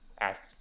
ask